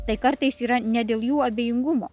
tai kartais yra ne dėl jų abejingumo